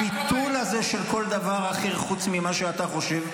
הביטול הזה של כל דבר אחר חוץ ממה שאתה חושב,